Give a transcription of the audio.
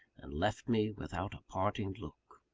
and left me without a parting look.